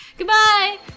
Goodbye